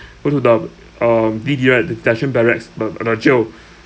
go to the um D_B right the detention barracks but the jail